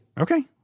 Okay